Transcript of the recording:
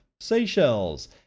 Seychelles